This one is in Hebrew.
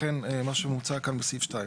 לכן מה שמוצע כאן בסעיף (2).